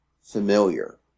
familiar